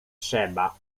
trzeba